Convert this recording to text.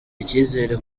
icyizere